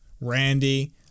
Randy